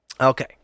Okay